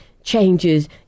Changes